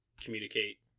communicate